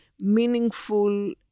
meaningful